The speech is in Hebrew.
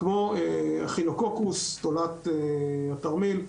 כמו Echinococcosis תולעת התרמיל,